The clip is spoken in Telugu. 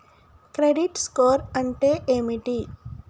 క్రెడిట్ స్కోర్ అంటే ఏమిటి?